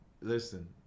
Listen